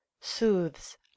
soothes